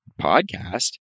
podcast